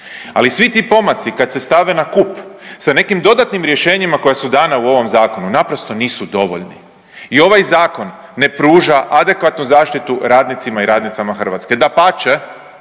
ali svi ti pomaci kad se stave na kup sa nekim dodatnim rješenjima koja su dana u ovom zakonu naprosto nisu dovoljni. I ovaj zakon ne pruža adekvatnu zaštitu radnicima i radnicama Hrvatske. Dapače